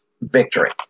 victory